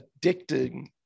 addicting